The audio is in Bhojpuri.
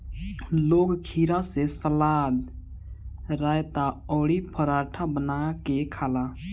लोग खीरा से सलाद, रायता अउरी पराठा बना के खाला